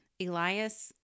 Elias